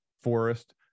forest